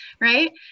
right